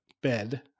bed